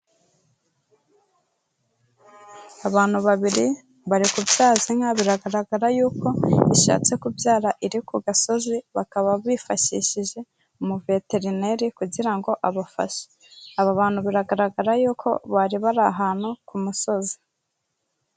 Abantu babiri bari kubyaza inka, biragaragara yuko ishatse kubyara iri ku gasozi bakaba bifashishije umuveterineri kugira ngo abafashe, aba bantu biragaragara yuko bari bari ahantu ku musozi.